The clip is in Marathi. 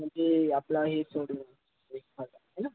म्हणजे आपला हे सोडून एक्स्ट्राचं हो ना